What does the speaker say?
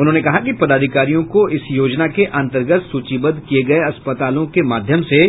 उन्होंने कहा कि पदाधिकारियों को इस योजना के अन्तर्गत सूचीबद्ध किये गये अस्पतालों के माध्यम से